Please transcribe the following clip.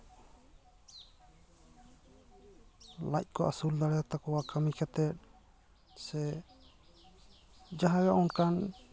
ᱞᱟᱡ ᱠᱚ ᱟᱥᱩᱞ ᱫᱟᱲᱮᱭᱟᱛᱟ ᱠᱚᱣᱟ ᱠᱟᱹᱢᱤ ᱠᱟᱛᱮᱫ ᱥᱮ ᱡᱟᱦᱟᱸ ᱜᱮ ᱚᱱᱠᱟᱱ